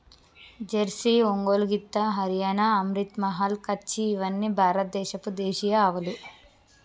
Jersey, Ongole గిత్త, హరియాణా, అమ్రిత్ మహల్, కచ్చి ఇవ్వని భారత దేశపు దేశీయ ఆవులు